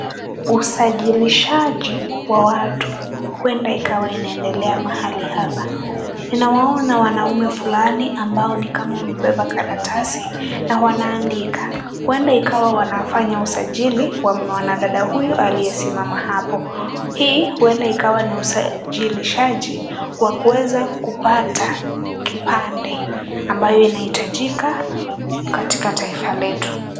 Usajilishaji wa watu huenda ikawa inaendelea mahali hapa. Ninawaona wanaume fulani ambao ni kama wamebeba karatasi, na wanaandika. Huenda ikawa wanafanya usajili wa mwanadada huyu aliyesimama hapo. Hii huenda ikawa ni usajilishaji wa kuweza kupata kipande ambayo inahitajika katika taifa letu.